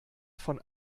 von